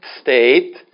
state